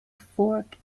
fork